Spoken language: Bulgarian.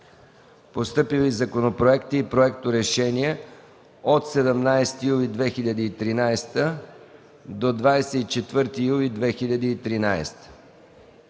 Постъпили законопроекти и проекторешения от 17 юли 2013 г. до 24 юли 2013